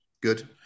Good